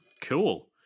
Cool